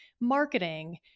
marketing